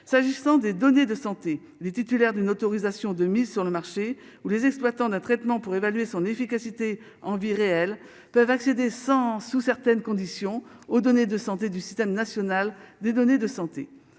s'agissant des données de santé les titulaire d'une autorisation de mise sur le marché ou les exploitants d'un traitement pour évaluer son efficacité en vie réelle peuvent accéder sans sous certaines conditions aux données de santé du système national des données de santé